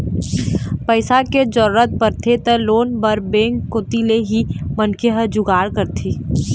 पइसा के जरूरत परथे त लोन बर बेंक कोती ले ही मनखे ह जुगाड़ करथे